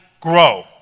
grow